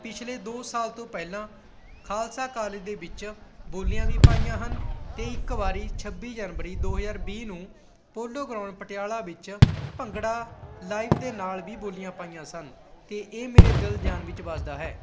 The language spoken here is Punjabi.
ਪਿਛਲੇ ਦੋ ਸਾਲ ਤੋਂ ਪਹਿਲਾਂ ਖਾਲਸਾ ਕਾਲਜ ਦੇ ਵਿੱਚ ਬੋਲੀਆਂ ਵੀ ਪਾਈਆਂ ਹਨ ਅਤੇ ਇੱਕ ਵਾਰੀ ਛੱਬੀ ਜਨਵਰੀ ਦੋ ਹਜ਼ਾਰ ਵੀਹ ਨੂੰ ਪੋਲੋ ਗਰੋਨ ਪਟਿਆਲਾ ਵਿੱਚ ਭੰਗੜਾ ਲਾਈਵ ਦੇ ਨਾਲ ਵੀ ਬੋਲੀਆਂ ਪਾਈਆਂ ਸਨ ਅਤੇ ਇਹ ਮੇਰੇ ਦਿਲ ਜਾਨ ਵਿੱਚ ਵੱਸਦਾ ਹੈ